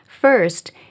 First